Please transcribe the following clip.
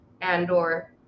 Andor